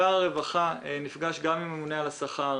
שר הרווחה נפגש גם עם הממונה על השכר,